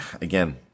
again